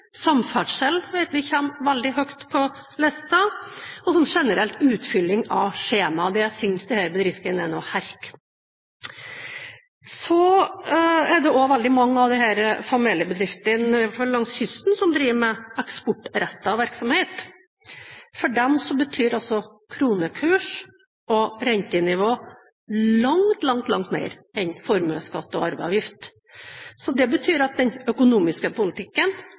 Samferdsel vet vi kommer veldig høyt på lista, og utfylling av skjemaer generelt synes disse bedriftene er noe herk. Veldig mange av familiebedriftene langs kysten driver med eksportrettet virksomhet. For dem betyr også kronekurs og rentenivå langt, langt mer enn formuesskatt og arveavgift. Så det betyr at den økonomiske politikken